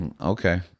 Okay